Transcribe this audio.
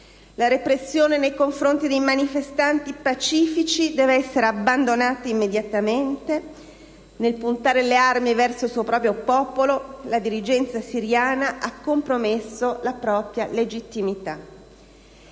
La repressione nei confronti dei manifestanti pacifici deve essere abbandonata immediatamente. Nel puntare le armi verso il suo popolo la dirigenza siriana ha compromesso la propria legittimità.